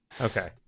Okay